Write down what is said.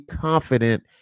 confident